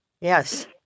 Yes